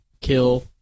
Kill